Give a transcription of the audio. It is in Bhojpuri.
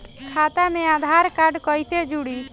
खाता मे आधार कार्ड कईसे जुड़ि?